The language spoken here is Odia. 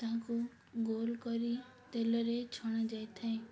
ତାହାକୁ ଗୋଲ କରି ତେଲରେ ଛଣାଯାଇ ଥାଏ